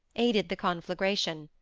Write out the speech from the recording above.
aided the conflagration.